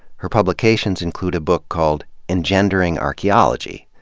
her publications include a book called engendering archaeology.